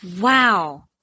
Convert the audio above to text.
Wow